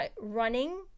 running